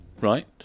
Right